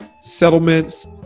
settlements